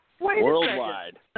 Worldwide